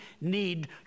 need